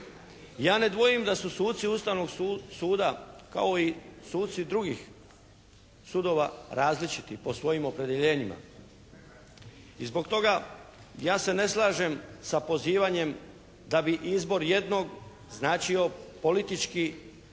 Ja ne dvojim da su suci Ustavnog suda kao i suci drugih sudova različiti po svojim opredjeljenjima i zbog toga ja se ne slažem sa pozivanjem da bi izbor jednog značio politički